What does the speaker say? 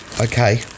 okay